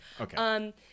Okay